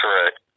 correct